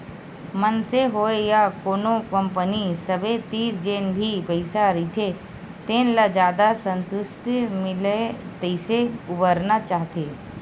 मनसे होय या कोनो कंपनी सबे तीर जेन भी पइसा रहिथे तेन ल जादा संतुस्टि मिलय तइसे बउरना चाहथे